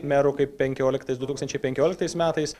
merų kaip penkioliktais du tūkstančiai penkioliktais metais